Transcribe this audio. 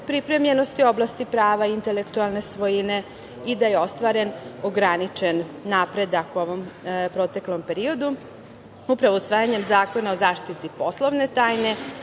pripremljenosti u oblasti prava intelektualne svojine i da je ostvaren ograničen napredak u ovom proteklom periodu upravo usvajanjem Zakona o zaštiti poslovne tajne